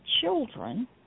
children